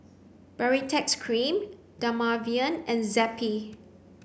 Baritex Cream Dermaveen and Zappy